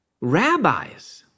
rabbis